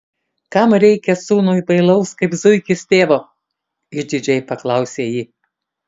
kam reikia sūnui bailaus kaip zuikis tėvo išdidžiai paklausė ji